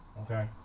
Okay